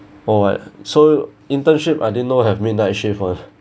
or I so internship I didn't know have midnight shift [one]